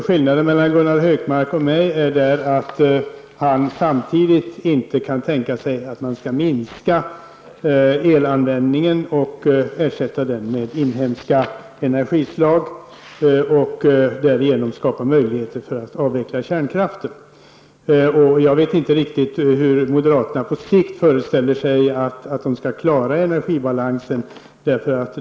Skillnaden mellan Gunnar Hökmark och mig är att han samtidigt inte kan tänka sig att minska elanvändningen och ersätta den med inhemska energislag och därigenom skapa möjligheter för en avveckling av kärnkraften. Jag vet inte riktigt hur moderaterna på sikt föreställer sig att de skall klara energibalansen.